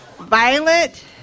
Violet